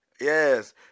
Yes